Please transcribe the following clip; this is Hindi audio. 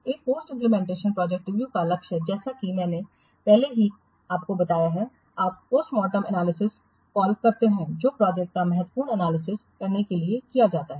एक पोस्ट इंप्लीमेंटेशन प्रोजेक्ट रिव्यू का लक्ष्य जैसा कि मैंने पहले ही कभी कभी बताया है आप पोस्टमार्टम एनालिसिसको कॉल करते हैं जो प्रोजेक्ट का महत्वपूर्ण एनालिसिस करने के लिए किया जाता है